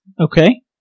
Okay